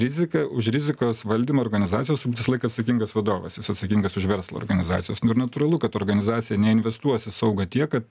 rizika už rizikos valdymą organizacijos visą laiką atsakingas vadovas jis atsakingas už verslą organizacijos nu ir natūralu kad organizacija neinvestuos į saugą tiek kad